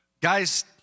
Guys